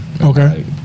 Okay